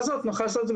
יש הרבה מערכות מנוטרות.